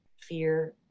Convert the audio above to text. fear